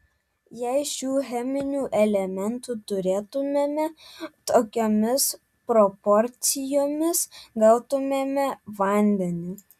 jei šių cheminių elementų turėtumėme tokiomis proporcijomis gautumėme vandenį